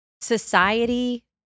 society